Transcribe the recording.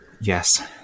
Yes